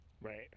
Right